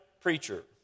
preacher